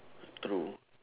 true